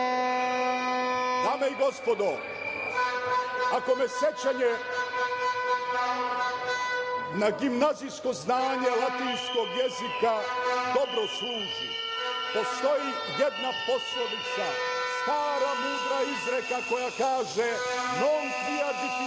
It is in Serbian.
i gospodo, ako me sećanje na gimnazijsko znanje latinskog jezika dobro služi, postoji jedna poslovica, stara mudra izreka koja kaže – Non quia difficilia